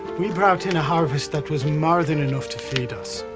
we brought in a harvest that was more than enough to feed us.